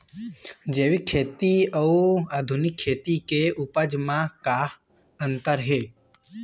जैविक खेती अउ आधुनिक खेती के उपज म का अंतर हे?